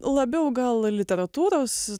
labiau gal literatūros